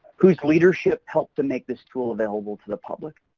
whose leadership helped to make this tool available to the public.